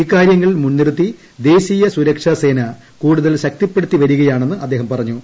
ഇക്കാര്യങ്ങൾ മുൻനിറുത്തി ദേശീയ സുരക്ഷാസേന കൂടുതൽ ശക്തിപ്പെടുത്തിവരികയാണെന്ന് അദ്ദേഹം പറഞ്ഞു